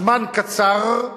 הזמן קצר,